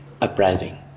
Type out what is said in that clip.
uprising